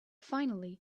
finally